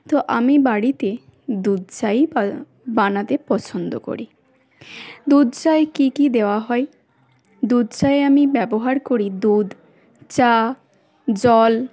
তো আমি বাড়িতে দুধ চাই বানাতে পছন্দ করি দুধ চায়ে কী কী দেওয়া হয় দুধ চায়ে আমি ব্যবহার করি দুধ চা জল